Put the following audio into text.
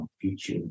future